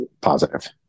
positive